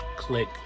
Click